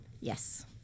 yes